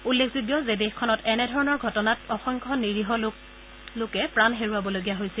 উল্লেখযোগ্য যে দেশখনত এনে ধৰণৰ ঘটনাত অসংখ্য নিৰীহ লোকো প্ৰাণ হেৰুৱাবলগীয়া হৈছিল